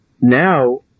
now